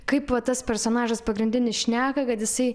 kaip vat tas personažas pagrindinis šneka kad jisai